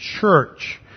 church